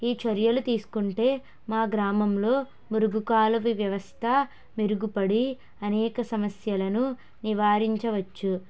ఈ చర్యలు తీసుకుంటే మా గ్రామంలో మురికి కాలువ వ్యవస్థ మెరుగుపడి అనేక సమస్యలను నివారించవచ్చు